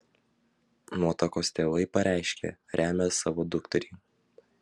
nuotakos tėvai pareiškė remią savo dukterį